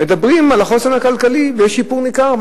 מדברים על החוסן הכלכלי ויש שיפור ניכר,